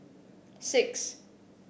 six